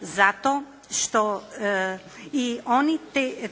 zato što i oni